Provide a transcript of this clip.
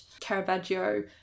Caravaggio